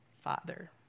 father